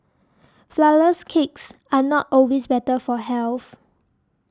Flourless Cakes are not always better for health